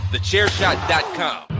Thechairshot.com